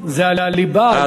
זה הליבה?